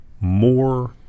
more –